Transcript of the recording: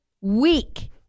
week